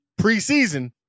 preseason